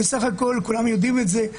בסך הכול, כולם יודעים את זה.